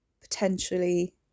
potentially